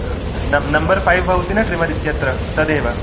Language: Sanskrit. नम्बर् फ़ै भवति न ट्रि्मर् इत्यत्र तदेव